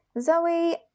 zoe